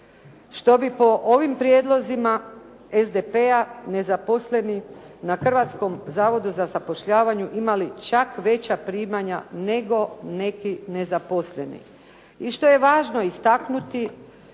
što bi po ovim prijedlozima SDP-a na Hrvatskom zavodu za zapošljavanje imali čak veća primanja nego neki zaposleni. I što je važno istaknuti,